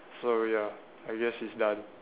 so we are I guess it's done